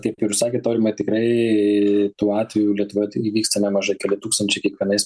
kaip ir jūs sakėt aurimai tikrai tų atvejų lietuvoj tai įvyksta nemažai keli tūkstančiai kiekvienais